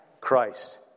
Christ